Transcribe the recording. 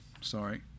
sorry